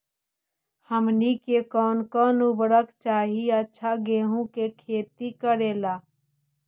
हमनी के कौन कौन उर्वरक चाही अच्छा गेंहू के खेती करेला?